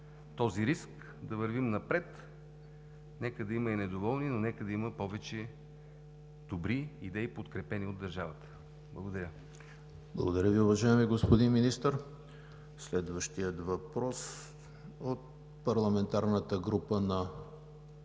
този риск да вървим напред. Нека да има и недоволни, но нека да има и повече добри идеи, подкрепени от държавата. Благодаря. ПРЕДСЕДАТЕЛ ЕМИЛ ХРИСТОВ: Благодаря Ви, уважаеми господин Министър. Следващият въпрос от парламентарната група на